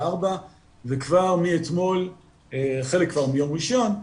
16:00 וכבר מאתמול וחלק כבר מיום ראשון,